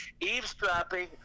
Eavesdropping